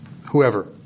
whoever